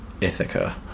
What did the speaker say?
Ithaca